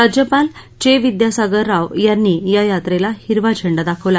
राज्यपाल चे विद्यासागर राव यांनी या यात्रेला हिरवा झेंडा दाखवला